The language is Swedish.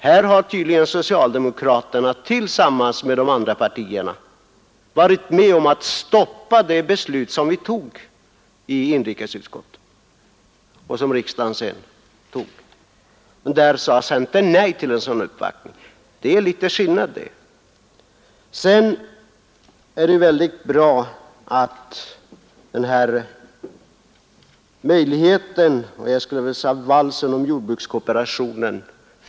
Här har tydligen socialdemokraterna tillsammans med två av de borgerliga partierna velat sätta stopp för de åtgärder som vi i inrikesutskottet tillstyrkt och som riksdagen sedan godkänt. Centern för sin del säger nej till en sådan utveckling. Slutligen vill jag bara säga att det är tydligen enda möjligheten för socialdemokratin att angripa centern när man kan dra den här valsen om jordbrukskooperationen.